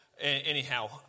anyhow